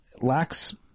lacks